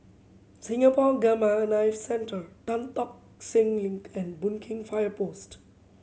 Singapore Gamma Knife Centre Tan Tock Seng Link and Boon Keng Fire Post